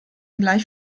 gleich